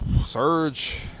surge